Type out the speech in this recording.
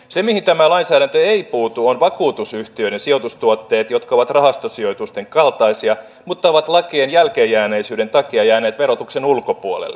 se mihin tämä lainsäädäntö ei puutu ovat vakuutusyhtiöiden sijoitustuotteet jotka ovat rahastosijoitusten kaltaisia mutta ovat lakien jälkeenjääneisyyden takia jääneet verotuksen ulkopuolelle